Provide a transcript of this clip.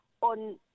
on